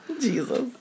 Jesus